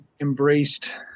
embraced